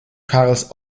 karls